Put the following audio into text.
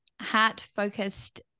Heart-Focused